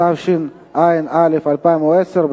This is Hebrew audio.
התשע"א 2010,